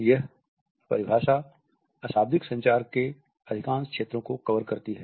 यह परिभाषा अशाब्दिक संचार के अधिकांश क्षेत्रों को कवर करती है